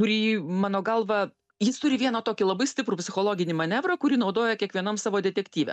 kurį mano galva jis turi vieną tokį labai stiprų psichologinį manevrą kurį naudoja kiekvienam savo detektyve